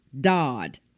Dodd